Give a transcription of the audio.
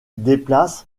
déplace